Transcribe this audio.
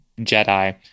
Jedi